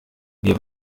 mir